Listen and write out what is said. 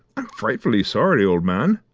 i'm frightfully sorry, old man,